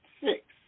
six